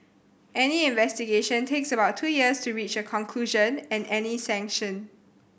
any investigation takes about two years to reach a conclusion and any sanction